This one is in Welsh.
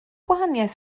gwahaniaeth